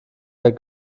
der